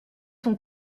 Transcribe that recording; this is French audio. son